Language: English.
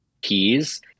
keys